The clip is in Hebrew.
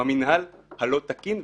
במנהל הלא תקין,